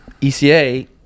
ECA